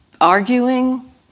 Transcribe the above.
arguing